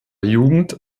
jugend